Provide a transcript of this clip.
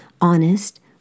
honest